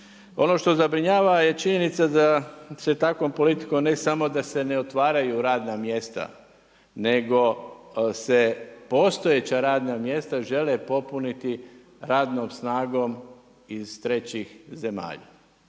Ono što zabrinjava je činjenica da se takvom politikom ne samo da se ne otvaraju radna mjesta nego se postojeća radna mjesta žele popuniti radnom snagom iz trećih zemalja.